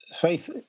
faith